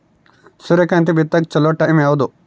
ಸೂರ್ಯಕಾಂತಿ ಬಿತ್ತಕ ಚೋಲೊ ಟೈಂ ಯಾವುದು?